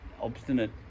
obstinate